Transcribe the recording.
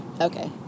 okay